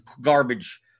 garbage